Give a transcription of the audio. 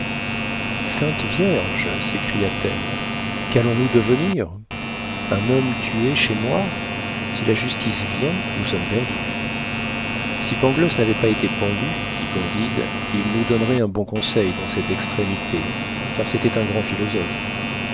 sainte vierge s'écria-t-elle qu'allons-nous devenir un homme tué chez moi si la justice vient nous sommes perdus si pangloss n'avait pas été pendu dit candide il nous donnerait un bon conseil dans cette extrémité car c'était un grand philosophe